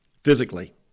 physically